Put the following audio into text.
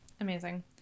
Amazing